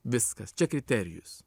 viskas čia kriterijus